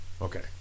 okay